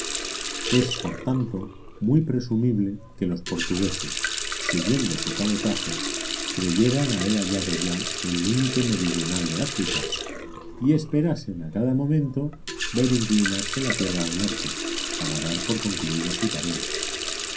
es por tanto muy presumible que los portugueses siguiendo su cabotaje creyeran haber hallado ya el límite meridional de áfrica y esperasen a cada momento ver inclinarse la tierra al norte para dar por concluida su tarea